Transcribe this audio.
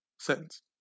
sentence